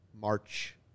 March